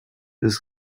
bis